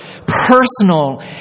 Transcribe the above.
personal